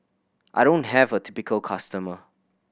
I don't have a typical customer